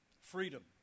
freedom